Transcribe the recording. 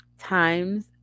times